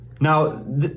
Now